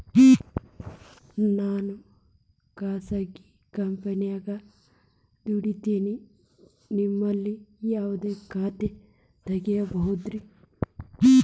ನಾನು ಖಾಸಗಿ ಕಂಪನ್ಯಾಗ ದುಡಿತೇನ್ರಿ, ನಿಮ್ಮಲ್ಲಿ ಯಾವ ಖಾತೆ ತೆಗಿಬಹುದ್ರಿ?